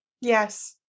Yes